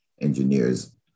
engineers